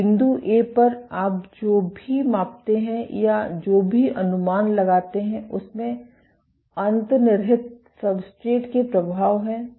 तो बिंदु A पर आप जो भी मापते हैं या जो भी आप अनुमान लगाते हैं उसमें अंतर्निहित सब्सट्रेट के प्रभाव हैं